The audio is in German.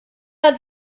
hat